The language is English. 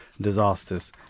disasters